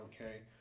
okay